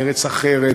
לארץ אחרת,